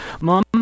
Mom